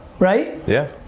right? yeah.